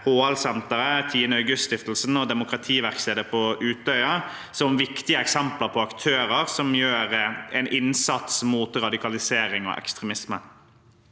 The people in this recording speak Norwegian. HL-senteret, 10. august-stiftelsen og Demokrativerkstedet på Utøya som viktige eksempler på aktører som gjør en innsats mot radikalisering og ekstremisme.